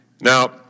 Now